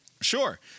Sure